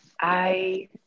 I-